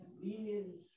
convenience